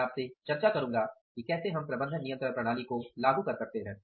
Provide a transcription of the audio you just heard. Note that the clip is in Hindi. मैं आपसे चर्चा करूँगा कि कैसे हम प्रबंधन नियंत्रण प्रणाली को लागू कर सकते हैं